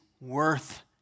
worth